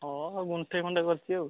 ହଁ ଗୁଣ୍ଠେ ଖଣ୍ଡେ କରିଛି ଆଉ